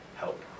help